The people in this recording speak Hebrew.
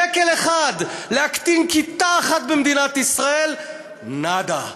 שקל אחד להקטין כיתה אחת במדינת ישראל, נאדה.